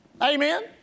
Amen